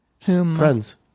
Friends